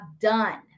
done